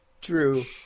True